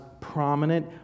prominent